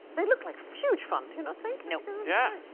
they look like huge fun. do you not think nope? yeah.